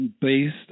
based